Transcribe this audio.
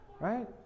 right